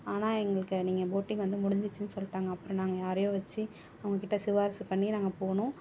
ஆனால் எங்களுக்கு நீங்கள் போட்டிங் வந்து முடிஞ்சுடிச்சின்னு சொல்லிட்டாங்க அப்புறம் நாங்கள் யாரையோ வச்சு அவங்கக்கிட்ட சிபாரிசு பண்ணி நாங்கள் போனோம்